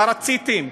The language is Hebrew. מה רציתם,